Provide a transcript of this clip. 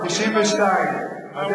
1992. ב-1992,